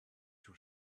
your